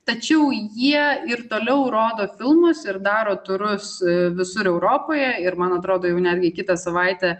tačiau jie ir toliau rodo filmus ir daro turus visur europoje ir man atrodo jau netgi kitą savaitę